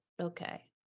okay